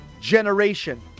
generation